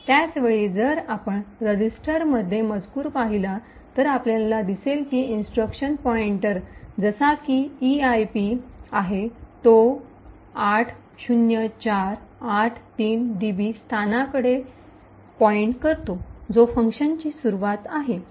त्याच वेळी जर आपण रेजिस्टरमधील मजकूर पाहिला तर आपल्याला दिसेल की इंस्ट्रक्शन पॉईंटर जसाकी eip आहे तो 80483db स्थानाकडे पॉईंट करतो जो फंक्शनची सुरूवात आहे